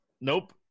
Nope